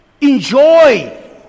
enjoy